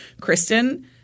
Kristen